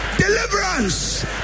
Deliverance